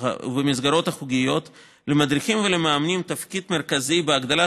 ובמסגרות החוגיות יש למדריכים ולמאמנים תפקיד מרכזי בהגדלת